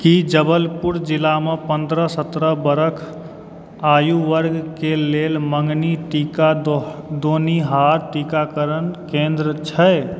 की जबलपुर जिला में पन्द्रह सतरह बरख आयु वर्ग के लेल मँगनी टीका दऽ दोनिहार टीकाकरण केन्द्र छै